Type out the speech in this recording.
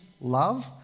love